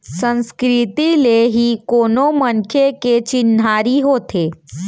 संस्कृति ले ही कोनो मनखे के चिन्हारी होथे